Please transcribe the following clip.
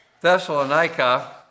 Thessalonica